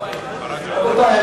רבותי,